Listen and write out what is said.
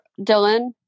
Dylan